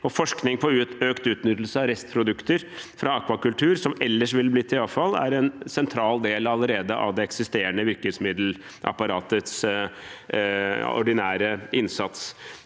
Forskning på økt utnyttelse av restprodukter fra akvakultur som ellers ville blitt til avfall, er allerede en sentral del av det eksisterende virkemiddelapparatets ordinære innsats.